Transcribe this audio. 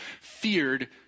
Feared